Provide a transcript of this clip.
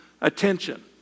attention